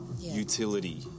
utility